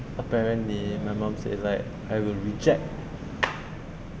apparently my mum said like I will reject